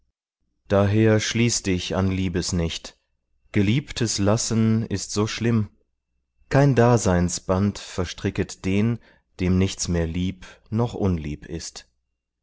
daher schließ dich an liebes nicht geliebtes lassen ist so schlimm kein daseinsband verstricket den dem nichts mehr lieb noch unlieb ist